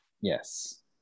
Yes